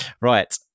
Right